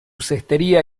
cestería